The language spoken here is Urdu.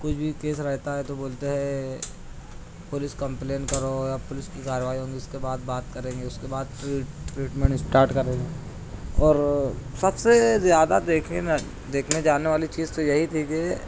کچھ بھی کیس رہتا ہے تو بولتے ہیں پولیس کمپلینٹ کرو یا پولیس کی کارروائی ہوگی اس کے بعد بات کریں گے اس کے بعد ٹریٹمینٹ اسٹارٹ کریں گے اور سب سے زیادہ دیکھیے نہ دیکھنے جاننے والی چیز تو یہی تھی کہ